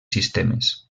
sistemes